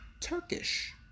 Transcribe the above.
Turkish